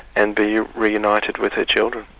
and be reunited with her children.